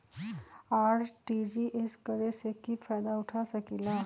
RTGS करे से की फायदा उठा सकीला?